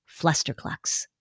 Flusterclucks